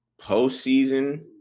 postseason